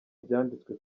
byanditswe